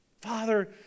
Father